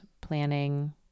planning